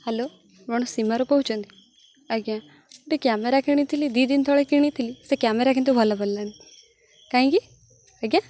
hello ଆପଣ ସୀମାରୁ କହୁଛନ୍ତି ଆଜ୍ଞା ଗୋଟେ କ୍ୟାମେରା କିଣିଥିଲି ଦୁଇ ଦିନ ତଳେ କିଣିଥିଲି ସେ କ୍ୟାମେରା କିନ୍ତୁ ଭଲ ପଡ଼ିଲାନି କାହିଁକି ଆଜ୍ଞା